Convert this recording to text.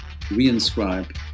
reinscribe